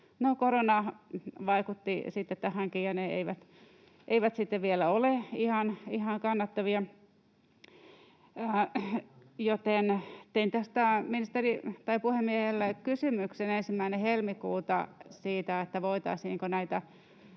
korona vaikutti sitten tähänkin, ja ne eivät sitten vielä ole ihan kannattavia, joten tein puhemiehelle kysymyksen 1. helmikuuta siitä, voitaisiinko näitä